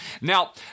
Now